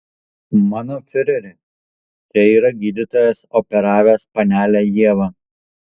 mano fiureri čia yra gydytojas operavęs panelę ievą